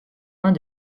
mains